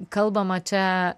kalbama čia